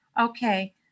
Okay